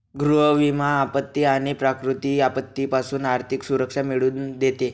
गृह विमा आपत्ती आणि प्राकृतिक आपत्तीपासून आर्थिक सुरक्षा मिळवून देते